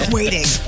waiting